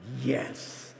yes